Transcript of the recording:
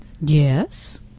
Yes